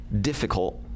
difficult